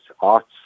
arts